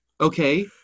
Okay